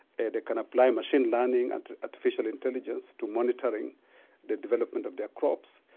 and can apply machine learning and artificial intelligence to monitoring the development of their crops.